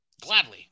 Gladly